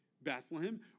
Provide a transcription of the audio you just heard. Bethlehem